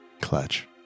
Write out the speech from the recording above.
Clutch